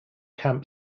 camp